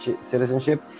citizenship